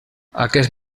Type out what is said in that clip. aquest